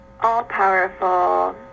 all-powerful